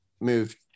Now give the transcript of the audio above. moved